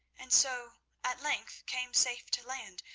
and so at length came safe to land,